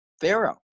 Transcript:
pharaoh